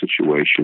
situation